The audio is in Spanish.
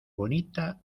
bonita